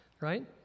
right